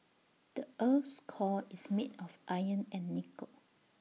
the Earth's core is made of iron and nickel